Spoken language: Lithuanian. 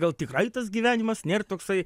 gal tikrai tas gyvenimas nėr toksai